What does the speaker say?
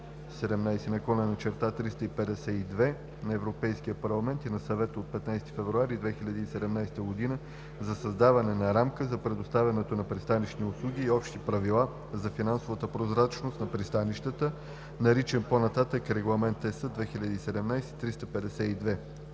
(ЕС) 2017/352 на Европейския парламент и на Съвета от 15 февруари 2017 г. за създаване на рамка за предоставянето на пристанищни услуги и общите правила за финансовата прозрачност на пристанищата, наричан по-нататък „Регламент (ЕС) 2017/352“.